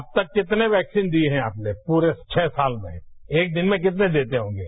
अब तक कितने वैक्सीन दिये हैं आपने पूरे छह साल में एक दिन में कितने देते हॉगे